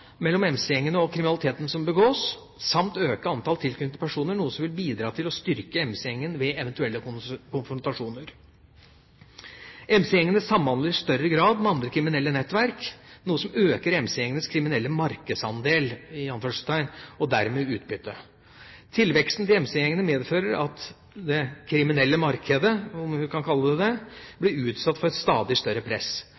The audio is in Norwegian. mellom MC-gjengene og kriminaliteten som begås samt å øke antallet tilknyttede personer, noe som vil bidra til å styrke MC-gjengen ved eventuelle konfrontasjoner. MC-gjengene samhandler i større grad med andre kriminelle nettverk, noe som øker MC-gjengenes kriminelle «markedsandel» og dermed utbyttet. Tilveksten til MC-gjengene medfører at det kriminelle markedet – om vi kan kalle det det